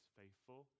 faithful